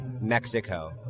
Mexico